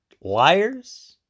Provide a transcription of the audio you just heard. liars